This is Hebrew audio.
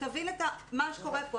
שתבין מה שקורה פה.